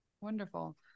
wonderful